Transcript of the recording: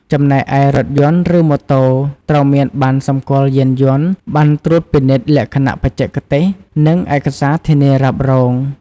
ចំណែកឯ រថយន្ត ឬម៉ូតូ ត្រូវមានបណ្ណសម្គាល់យានយន្ត បណ្ណត្រួតពិនិត្យលក្ខណៈបច្ចេកទេស និងឯកសារធានារ៉ាប់រង។